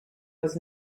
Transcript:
was